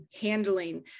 handling